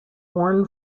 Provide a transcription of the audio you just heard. worn